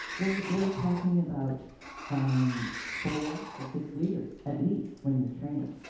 we're we're talking about four to six litres, at least, when you're training.